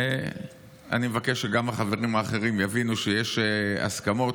אני מבקש שגם החברים האחרים יבינו שיש הסכמות,